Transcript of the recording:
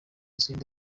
zindi